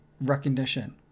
recognition